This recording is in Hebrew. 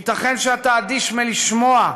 ייתכן שאתה אדיש מלשמוע,